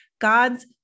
God's